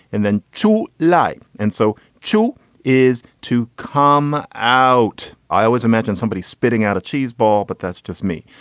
and then to light and so chill is to come out. i always imagined somebody spitting out a cheese ball, but that's just me.